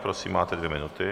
Prosím, máte dvě minuty.